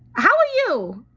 how are you?